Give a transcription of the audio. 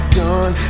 done